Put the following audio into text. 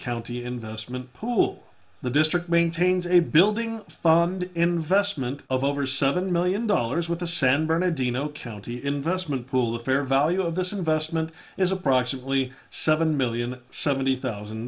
county investment pool the district maintains a building fund investment of over seven million dollars with the san bernardino county investment pool of fair value of this investment is approximately seven million seventy thousand